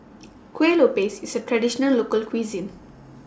Kueh Lopes IS A Traditional Local Cuisine